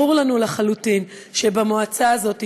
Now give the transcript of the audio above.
ברור לנו לחלוטין שבמועצה הזאת,